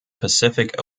pacific